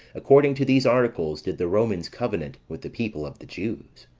according to these articles did the romans covenant with the people of the jews.